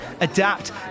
adapt